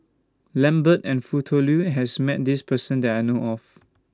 Lambert and Foo Tui Liew has Met This Person that I know of